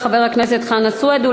חבר הכנסת חנא סוייד,